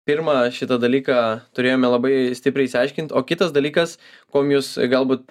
pirma šitą dalyką turėjome labai stipriai išsiaiškint o kitas dalykas kuom jūs galbūt